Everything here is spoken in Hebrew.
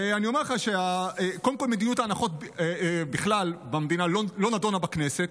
ואני אומר לך שמדיניות ההנחות במדינה בכלל לא נדונה בכנסת.